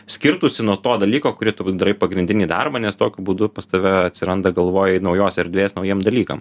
skirtųsi nuo to dalyko kurį tu darai pagrindinį darbą nes tokiu būdu pas tave atsiranda galvoj naujos erdvės naujiem dalykam